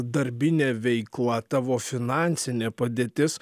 darbinė veikla tavo finansinė padėtis